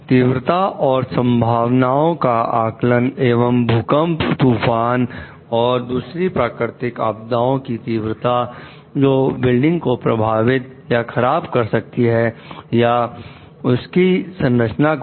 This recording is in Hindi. तीव्रता और संभावनाओं का आकलन एवं भूकंप तूफान और दूसरी प्राकृतिक आपदाओं की तीव्रता जो बिल्डिंग को प्रभावित या खराब कर सकती है या उसकी संरचना को भी